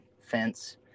fence